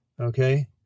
Okay